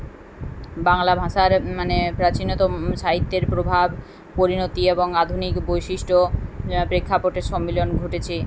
বাংলা ভাষার মানে প্রাচীনতম সাহিত্যের প্রভাব পরিণতি এবং আধুনিক বৈশিষ্ট্য প্রেক্ষাপটের সম্মিলন ঘটেছে